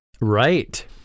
Right